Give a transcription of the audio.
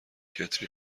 کتری